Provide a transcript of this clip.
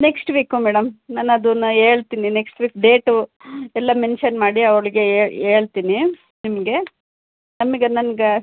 next week madam ನಾನು ಅದನ್ನ ಹೇಳ್ತಿನಿ ನೆಕ್ಸ್ಟ್ ವೀಕ್ ಡೇಟು ಎಲ್ಲ ಮೆನ್ಶನ್ ಮಾಡಿ ಅವಳಿಗೆ ಹೇಳ್ತಿನಿ ನಿಮಗೆ ತಮಗೆ ನನ್ಗೆ